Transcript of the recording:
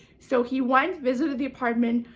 so, he went, visited the apartment,